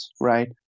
right